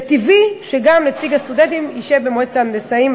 וטבעי שנציג הסטודנטים ישב גם במועצת ההנדסאים.